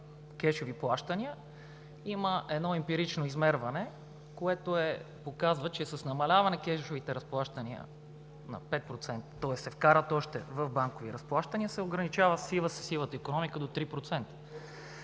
кешови плащания, има едно емпирично измерване, което показва, че с намаляване кешовите разплащания на 5%, тоест се вкарат още в банкови разплащания, сивата икономика се свива до 3%.